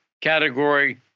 category